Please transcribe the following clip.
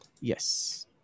Yes